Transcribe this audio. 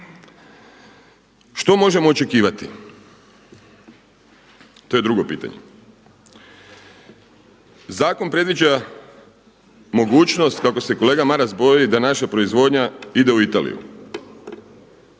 Što možemo očekivati? To je drugo pitanje. Zakon predviđa mogućnost kako se kolega Maras boji da naša proizvodnja ide u Italiju.